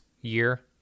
year